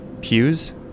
pews